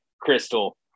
Crystal